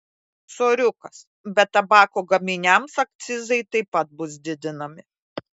soriukas bet tabako gaminiams akcizai taip pat bus didinami